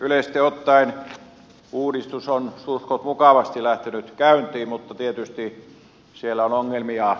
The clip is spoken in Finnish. yleisesti ottaen uudistus on suhtkoht mukavasti lähtenyt käyntiin mutta tietysti siellä on ongelmia